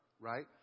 right